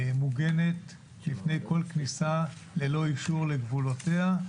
מוגנת מפני כל כניסה ללא אישור לגבולותיה.